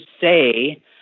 say